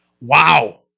wow